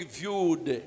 viewed